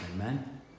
amen